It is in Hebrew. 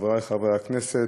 חברי חברי הכנסת,